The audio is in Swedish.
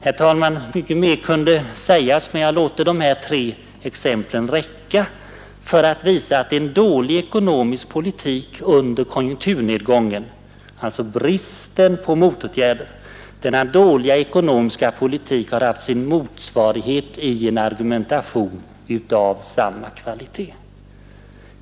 Herr talman! Mycket mer kunde sägas, men jag låter dessa tre exempel räcka för att visa att en dålig ekonomisk politik under konjunkturnedgången har haft sin motsvarighet i en argumentation av samma kvalitet.